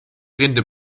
rinde